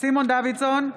סימון דוידסון,